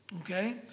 okay